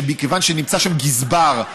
מכיוון שנמצא שם גזבר,